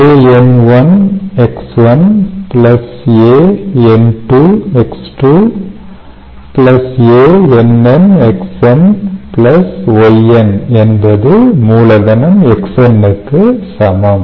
an1 X1 an2 X2 ann Xn Yn என்பது மூலதனம் Xn க்கு சமம்